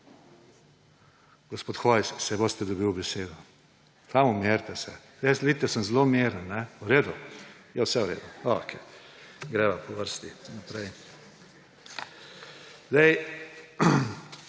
Gospod Hojs, saj boste dobili besedo. Samo umirite se. Jaz sem zelo miren. V redu. Je vse v redu? Okej. Greva po vrsti naprej. Sami